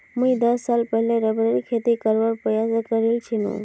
मुई दस साल पहले रबरेर खेती करवार प्रयास करील छिनु